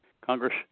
Congress